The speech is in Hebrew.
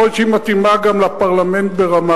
יכול להיות שהיא מתאימה גם לפרלמנט ברמאללה.